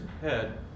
head